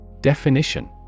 Definition